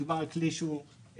מדובר על כלי שהוא זמני,